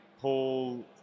Paul